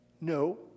No